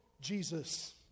Jesus